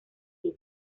vivo